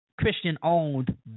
Christian-owned